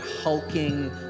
hulking